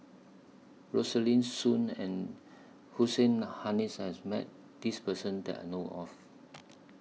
Rosaline Soon and Hussein Haniff has Met This Person that I know of